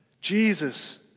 Jesus